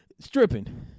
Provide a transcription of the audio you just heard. stripping